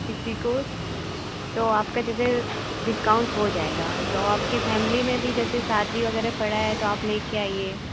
किसी को तो आपका जैसे डिस्काउन्ट हो जाएगा तो आपकी फ़ैमिली में भी जैसे शादी वग़ैरह पड़ी है तो आप लेकर आइए